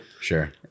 Sure